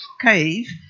cave